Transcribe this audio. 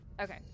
Okay